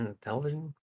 television